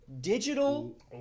digital